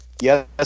Yes